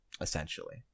essentially